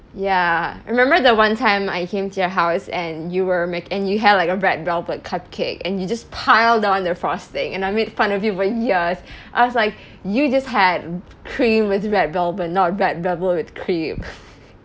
ya I remember the one time I came to your house and you were m~ and you had like a red velvet cupcake and you just piled on the frosting and I made fun of you for years I was like you just had cream with red velvet not red velvet with cream